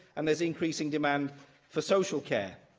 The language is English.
and there's increasing demand for social care.